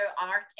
art